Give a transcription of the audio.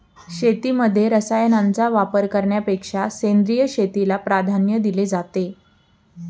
शेतीमध्ये रसायनांचा वापर करण्यापेक्षा सेंद्रिय शेतीला प्राधान्य दिले जाते